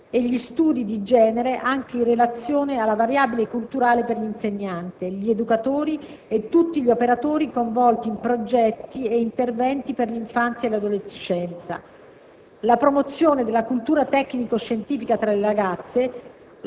l'incentivazione di interventi di formazione sulle pari opportunità e gli studi di genere anche in relazione alla variabile culturale per gli insegnanti, gli educatori e tutti gli operatori coinvolti in progetti e interventi per l'infanzia e l'adolescenza;